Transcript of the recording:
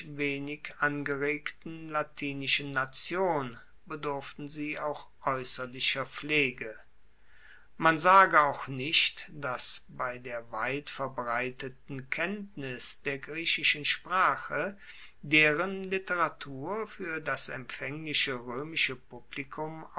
wenig angeregten latinischen nation bedurften sie auch aeusserlicher pflege man sage auch nicht dass bei der weitverbreiteten kenntnis der griechischen sprache deren literatur fuer das empfaengliche roemische publikum